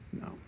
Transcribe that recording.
No